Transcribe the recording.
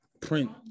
print